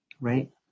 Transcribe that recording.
Right